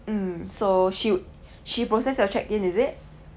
mm so she she process you check in is it